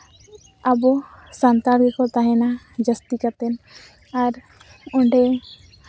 ᱟᱵᱚ ᱥᱟᱱᱛᱟᱲ ᱜᱮᱠᱚ ᱛᱟᱦᱮᱱᱟ ᱡᱟᱹᱥᱛᱤ ᱠᱟᱛᱮᱫ ᱟᱨ ᱚᱸᱰᱮ